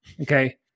okay